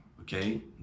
okay